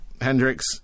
Hendrix